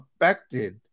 affected